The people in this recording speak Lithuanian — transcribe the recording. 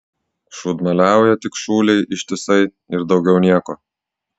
šūdmaliauja tik šūlėj ištisai ir daugiau nieko